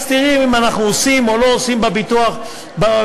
אז תראי אם אנחנו עושים או לא עושים בביטוח הלאומי.